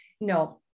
No